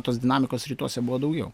tos dinamikos rytuose buvo daugiau